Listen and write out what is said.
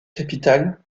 capitale